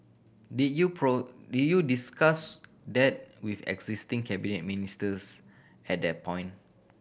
did you did you discuss that with existing cabinet ministers at that point